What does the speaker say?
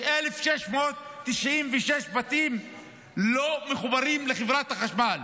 יש 1,696 בתים שלא מחוברים לחברת החשמל,